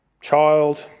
child